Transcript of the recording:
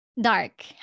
dark